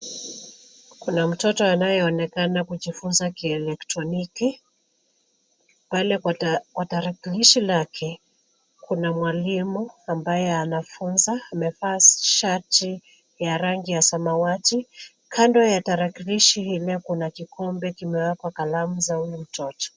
Kuna mtoto anayeonekana kujifunza kielektroniki pale kwa tarakilishi lake. Kuna mwalimu ambaye anafunza, amevaa shati ya rangi ya samawati. Kando ya tarakilishi lile kuna kikombe kimewekwa kalamu za ule mtoto.